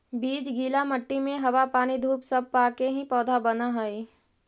बीज गीला मट्टी में हवा पानी धूप सब पाके ही पौधा बनऽ हइ